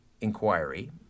inquiry